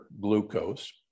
glucose